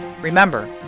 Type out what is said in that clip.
Remember